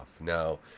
Now